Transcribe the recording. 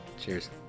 Cheers